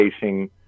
facing